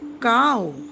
cow